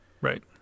Right